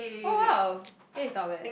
oh !wow! this is not bad